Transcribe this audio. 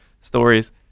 stories